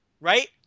right